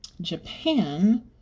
Japan